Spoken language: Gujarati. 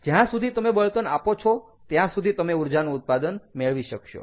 જ્યાં સુધી તમે બળતણ આપો છો ત્યાં સુધી તમે ઊર્જાનું ઉત્પાદન મેળવી શકશો